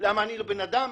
למה, אני לא בן אדם?